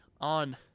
on